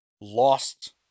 lost